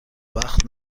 وقت